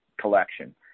collection